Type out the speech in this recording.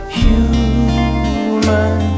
human